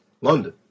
London